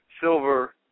silver